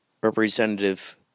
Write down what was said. Representative